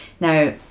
Now